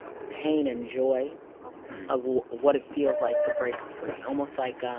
pain and joy of what what it feels like to break free, almost like